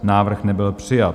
Návrh nebyl přijat.